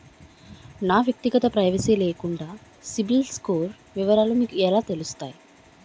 నా వ్యక్తిగత ప్రైవసీ లేకుండా సిబిల్ స్కోర్ వివరాలు మీకు ఎలా తెలుస్తాయి?